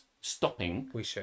stopping